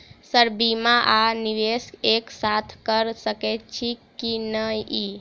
Sir बीमा आ निवेश एक साथ करऽ सकै छी की न ई?